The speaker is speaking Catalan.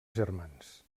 germans